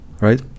Right